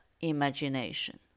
imagination